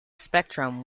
spectrum